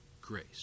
Grace